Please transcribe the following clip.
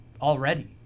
already